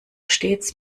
stets